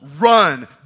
run